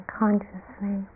consciously